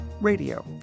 radio